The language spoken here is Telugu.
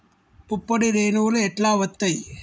పుప్పొడి రేణువులు ఎట్లా వత్తయ్?